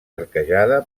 arquejada